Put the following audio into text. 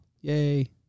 Yay